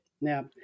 Now